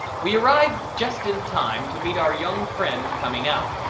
we arrived just in time to meet our young friend coming out.